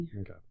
Okay